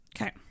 Okay